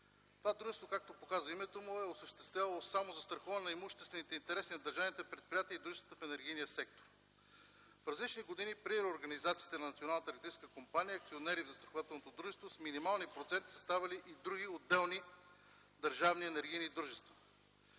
Това дружество, както показва името му, е осъществявало само застраховане на имуществените интереси на държавните предприятия и дружествата в енергийния сектор. В различни години при реорганизацията на Националната електрическа компания, акционери в застрахователното дружество с минимални проценти са ставали и други отделни държавни и енергийни дружества.